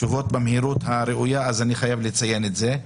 תשובות במהירות הראויה, אז אני חייב לציין את זה.